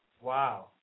Wow